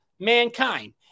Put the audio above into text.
Mankind